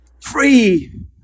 free